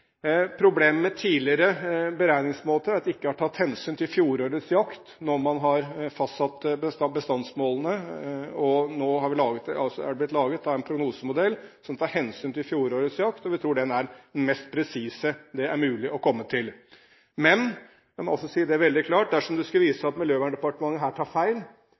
Problemet med tidligere beregningsmåter er at det ikke er tatt hensyn til fjorårets jakt når man har fastsatt bestandsmålene. Nå er det blitt laget en prognosemodell som tar hensyn til fjorårets jakt, og vi tror den er den mest presise det er mulig å komme fram til. Men la meg også si det veldig klart at dersom det skulle vise seg at Miljøverndepartementet her tar feil,